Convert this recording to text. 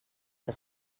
que